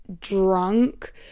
drunk